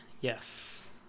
Yes